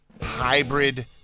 hybrid